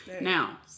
Now